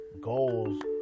goals